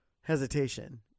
hesitation